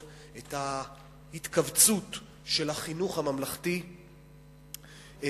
את ההתכווצות של החינוך הממלכתי וההתחזקות,